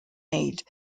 aid